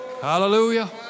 Hallelujah